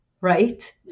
right